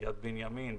ביד בנימין,